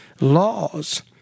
laws